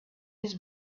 his